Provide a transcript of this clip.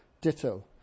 ditto